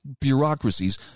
bureaucracies